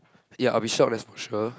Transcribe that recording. ya I'll be shock that's for sure